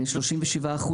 37%